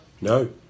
No